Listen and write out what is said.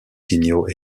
signaux